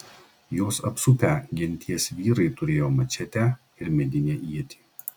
juos apsupę genties vyrai turėjo mačetę ir medinę ietį